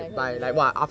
when can I